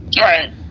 Right